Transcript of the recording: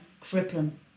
crippling